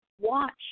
watch